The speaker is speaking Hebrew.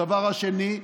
דבר שני,